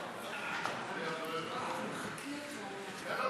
זוהיר בהלול, אינו נוכח,